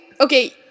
Okay